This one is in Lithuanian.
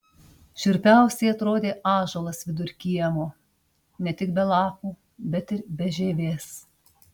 šiurpiausiai atrodė ąžuolas vidur kiemo ne tik be lapų bet ir be žievės